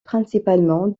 principalement